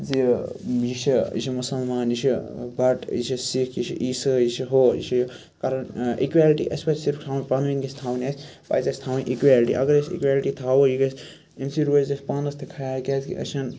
زِ یہِ چھُ یہِ چھُ مُسلمان یہِ چھُ بَٹ یہِ چھِ سِکھ یہِ چھُ عیٖسٲے یہِ چھُ ہُہ یہِ چھُ کَران اِکویلٹی اَسہِ پزِ صرف تھاوُن پنُن گَژھِ تھاوٕنۍ اَسہِ پَزِ اَسہِ تھاوٕنۍ اِکویلٹی اگر أسۍ اکویلٹی تھَاوو یہِ گژھِ اَمہِ سۭتۍ روزِ اَسہِ پانَس تہِ خیال کیازِکہِ أسۍ چھِنہٕ